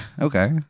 Okay